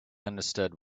understood